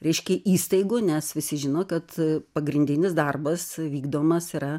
reiškia įstaigų nes visi žino kad pagrindinis darbas vykdomas yra